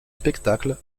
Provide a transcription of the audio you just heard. spectacle